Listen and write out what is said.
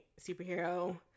superhero